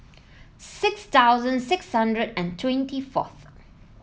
six thousand six hundred and twenty four